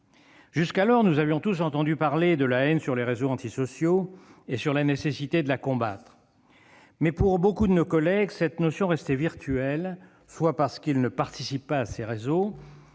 Jusqu'alors, nous avions tous entendu parler de la haine sur les réseaux antisociaux et sur la nécessité de la combattre. Mais, pour beaucoup de nos collègues, cette notion restait virtuelle, soit parce qu'ils ne participent pas à ces réseaux,